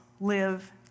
live